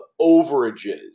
overages